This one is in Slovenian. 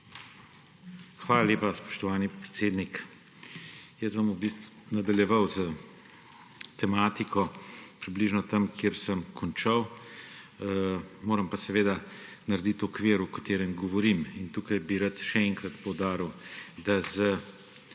Hvala lepa, spoštovani predsednik. V bistvu bom nadaljeval s tematiko približno tam, kjer sem končal. Moram pa seveda narediti okvir, o katerem govorim. In tukaj bi rad še enkrat povedal, da s